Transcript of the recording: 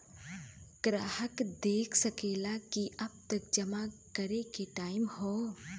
ग्राहक देख सकेला कि कब तक जमा करे के टाइम हौ